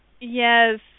Yes